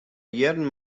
jierren